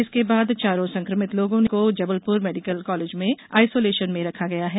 इसके बाद चारों संक्रमित लोगों को जबलपुर मेडिकल कॉलेज में आइसोलेशन में रखा गया है